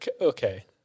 okay